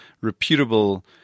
reputable